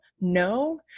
No